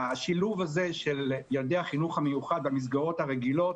השילוב הזה של ילדי החינוך המיוחד במסגרות הרגילות